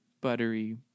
buttery